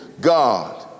God